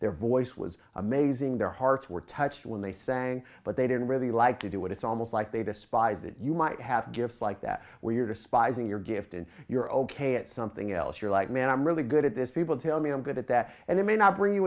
their voice was amazing their hearts were touched when they sang but they didn't really like to do it it's almost like they despise it you might have gifts like that where you're despising your gift and you're ok at something else you're like man i'm really good at this people tell me i'm good at that and it may not bring